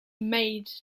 made